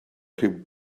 rhyw